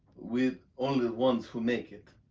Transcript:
we only ones who make it.